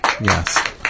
Yes